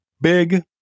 Big